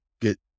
get